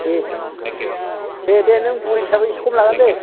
दे दे दे नों बुरि हिसाबै इसे खम लागोन दे